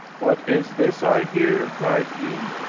what is this i hear, cried he,